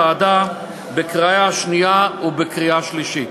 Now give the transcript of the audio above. הוועדה בקריאה שנייה ובקריאה שלישית.